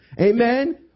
Amen